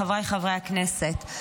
חבריי חברי הכנסת,